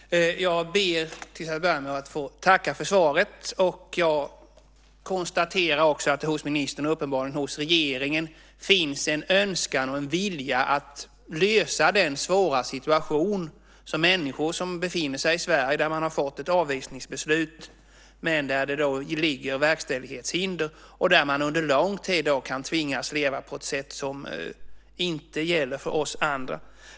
Herr talman! Jag ber till att börja med att få tacka för svaret. Jag konstaterar att det uppenbarligen finns en önskan och vilja hos ministern och regeringen att lösa den svåra situationen för människor som befinner sig i Sverige och har fått ett avvisningsbeslut men där det föreligger verkställighetshinder. Dessa människor kan under lång tid tvingas leva på ett sätt som inte gäller för oss andra.